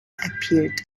appeared